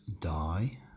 die